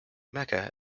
mecca